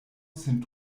sin